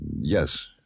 Yes